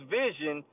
vision